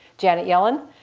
janet yellen.